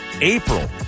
April